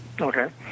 okay